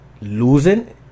losing